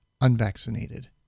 unvaccinated